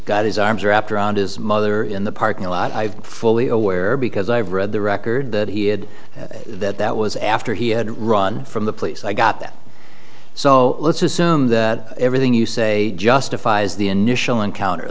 got his arms wrapped around his mother in the parking lot i fully aware because i've read the record that he had that that was after he had run from the police i got that so let's assume that everything you say justifies the initial encounter